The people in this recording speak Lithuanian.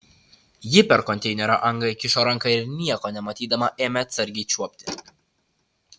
ji per konteinerio angą įkišo ranką ir nieko nematydama ėmė atsargiai čiuopti